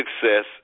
success